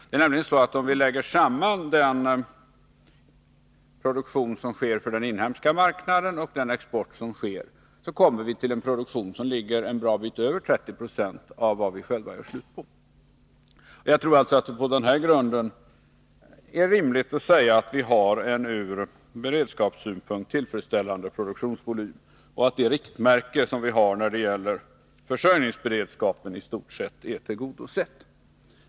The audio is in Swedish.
Om vi nämligen lägger samman den produktion som sker på den inhemska marknaden och den export som sker kommer vi till en produktion som ligger en bra bit över 30 26 av vad vi själva gör slut på. Det är alltså på denna grund rimligt att säga att vi har en ur beredskapssynpunkt tillfredsställande produktionsvolym och att det riktmärke som vi har när det gäller försörjningsberedskapen i stort sett är tillgodosett.